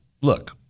look